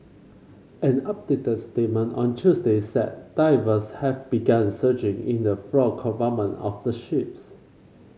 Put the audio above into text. an updated statement on Tuesday said divers have begun searching in the flood compartment of the ships